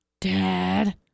Dad